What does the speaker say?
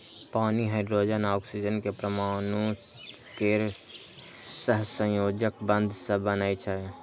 पानि हाइड्रोजन आ ऑक्सीजन के परमाणु केर सहसंयोजक बंध सं बनै छै